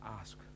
ask